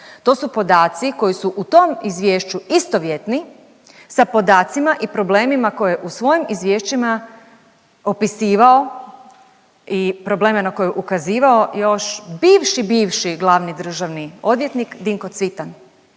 to su podaci koji su u tom izvješću istovjetni sa podacima i problemima koje u svojim izvješćima popisivao i probleme na koje je ukazivao još bivši, bivši glavni državni odvjetnik Dinko Cvitan,